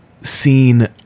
seen